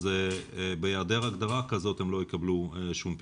אז בהיעדר הגדרה כזאת הם לא יקבלו שום פיצוי.